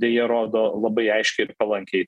deja rodo labai aiškiai ir palankiai